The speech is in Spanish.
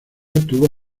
tuvo